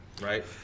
Right